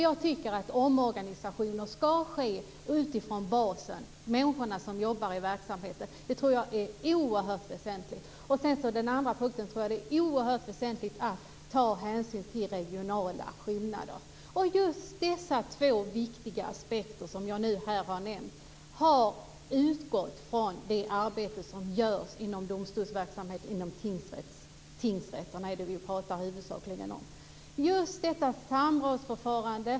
Jag tycker att omorganisationer ska ske utifrån basen, människorna som jobbar i verksamheten. Det är oerhört väsentligt. Den andra punkten är att det är oerhört väsentligt att ta hänsyn till regionala skillnader. Just dessa två viktiga aspekter som jag nu här har nämnt har utgått från det arbete som görs inom Domstolsverket. Det vi huvudsakligen talar om här är tingsrätterna. Det är ett samrådsförfarande.